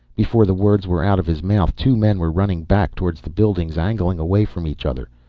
before the words were out of his mouth two men were running back towards the buildings, angling away from each other.